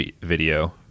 video